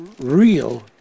real